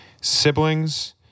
Siblings